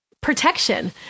protection